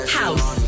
house